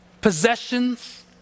possessions